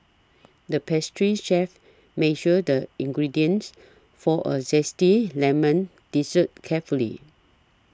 the pastry chef measured the ingredients for a Zesty Lemon Dessert carefully